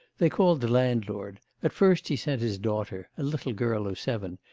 they called the landlord at first he sent his daughter, a little girl of seven,